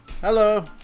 Hello